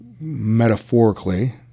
metaphorically